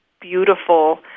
beautiful